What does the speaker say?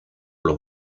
los